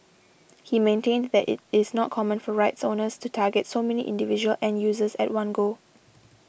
he maintained that it is not common for rights owners to target so many individual end users at one go